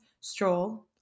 Stroll